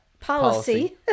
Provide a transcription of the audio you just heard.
Policy